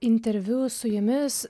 interviu su jumis